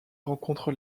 rencontre